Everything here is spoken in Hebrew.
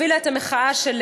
שהובילה את המחאה של